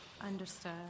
Understood